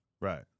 Right